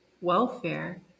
welfare